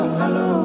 hello